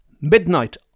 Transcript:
midnight